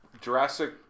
Jurassic